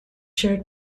shared